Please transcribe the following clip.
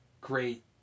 great